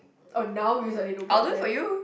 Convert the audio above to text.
oh now we suddenly don't care about them